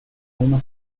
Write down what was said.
uma